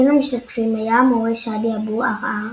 בין המשתתפים היה המורה שאדי אבו עראר,